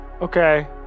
Okay